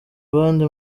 abandi